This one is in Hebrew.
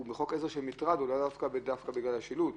עזר של מטרד, הוא לאו דווקא בגלל השילוט.